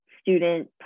student